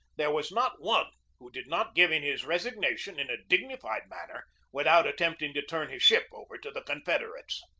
there was not one who did not give in his resignation in a dig nified manner, without attempting to turn his ship over to the confederates.